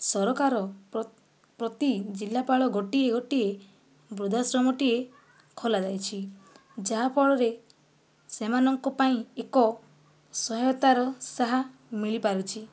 ସରକାର ପ୍ର ପ୍ରତି ଜିଲ୍ଲାପାଳ ଗୋଟିଏ ଗୋଟିଏ ବୃଦ୍ଧାଶ୍ରମଟିଏ ଖୋଲାଯାଇଛି ଯାହାଫଳରେ ସେମାନଙ୍କ ପାଇଁ ଏକ ସହାୟତାର ସାହା ମିଳିପାରୁଛି